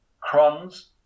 Cron's